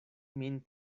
min